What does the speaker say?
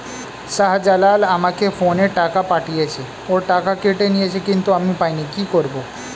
শাহ্জালাল আমাকে ফোনে টাকা পাঠিয়েছে, ওর টাকা কেটে নিয়েছে কিন্তু আমি পাইনি, কি করব?